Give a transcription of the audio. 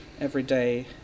everyday